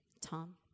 Tom